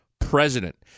president